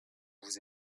vous